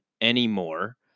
anymore